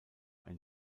ein